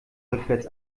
rückwärts